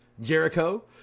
Jericho